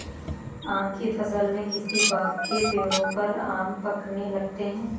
आम की फ़सल में किसी बाग़ के पेड़ों पर आम पकने लगते हैं